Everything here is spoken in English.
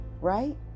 right